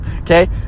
Okay